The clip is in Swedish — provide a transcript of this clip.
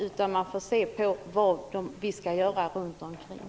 Vi får se på vad vi skall göra runt omkring.